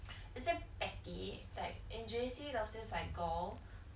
it's just petty like in J_C there's this like girl